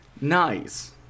Nice